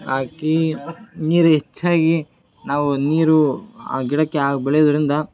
ಹಾಕಿ ನೀರು ಹೆಚ್ಚಾಗಿ ನಾವು ನೀರು ಆ ಗಿಡಕ್ಕೆ ಆಗ ಬೆಳೆಯೋದ್ರಿಂದ